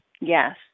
Yes